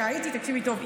תקשיבי טוב,